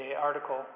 article